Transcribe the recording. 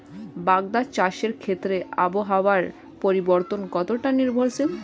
বাগদা চাষের ক্ষেত্রে আবহাওয়ার পরিবর্তন কতটা নির্ভরশীল?